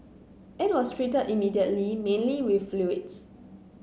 it was treated immediately mainly with fluids